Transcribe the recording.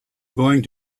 going